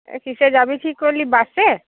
কিসে যাবি ঠিক করলি বাসে